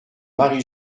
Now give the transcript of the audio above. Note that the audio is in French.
marie